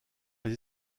les